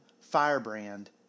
Firebrand